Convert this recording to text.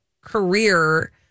career